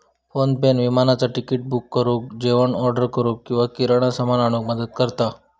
PhonePe विमानाचा ticket book करुक, जेवण ऑर्डर करूक किंवा किराणा सामान आणूक मदत करता